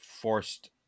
forced